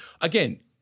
Again